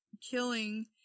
killing